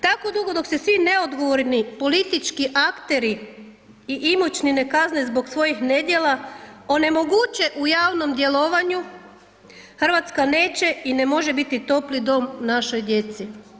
Tako dugo dok se svi neodgovorni politički akteri i imućni ne kazne zbog svojih nedjela, onemoguće u javnom djelovanju, RH neće i ne može biti topli dom našoj djeci.